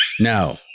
no